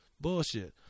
Bullshit